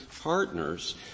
partners